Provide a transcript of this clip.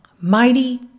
mighty